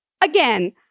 again